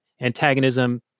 antagonism